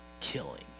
killing